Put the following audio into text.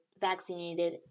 vaccinated